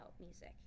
music